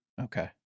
Okay